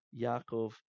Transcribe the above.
Yaakov